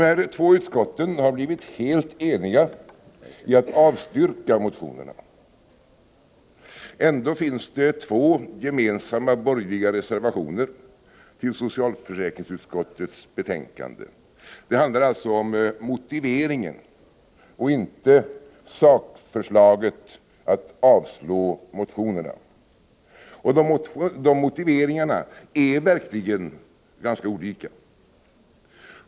De två utskotten har blivit helt eniga om att avstyrka motionerna. Ändå finns det två gemensamma borgerliga reservationer till socialförsäkringsutskottets betänkande. Det handlar om motiveringen och inte om sakförslaget att avslå motionerna. Motiveringarna är verkligen ganska olika.